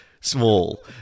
small